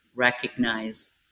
recognize